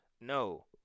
No